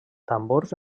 tambors